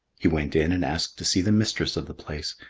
he went in and asked to see the mistress of the place.